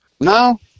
No